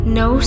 no